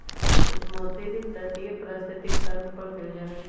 कुछ मोती भी तटीय पारिस्थितिक तंत्र पर मिल जा हई